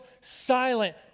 silent